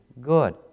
Good